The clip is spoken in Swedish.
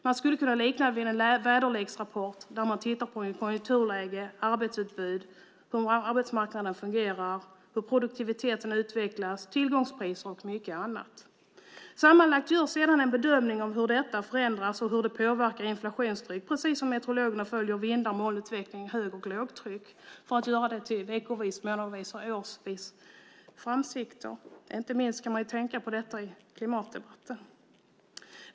Man skulle kunna likna det vid en väderleksrapport där man tittar på konjunkturläge, arbetsutbud, hur arbetsmarknaden fungerar, hur produktiviteten utvecklas, tillgångspriser och mycket annat. Sammantaget görs sedan en bedömning av hur detta förändras och hur det påverkar inflationstrycket, precis som meteorologerna följer vindar, molnutveckling samt hög och lågtryck för att göra det till veckovisa, månadsvisa och årsvisa utsikter. Man kan ju tänka på detta inte minst i klimatdebatten.